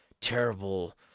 terrible